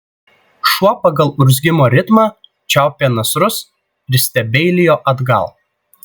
šuo pagal urzgimo ritmą čiaupė nasrus ir stebeilijo atgal